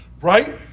right